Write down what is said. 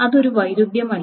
അത് ഒരു വൈരുദ്ധ്യമല്ല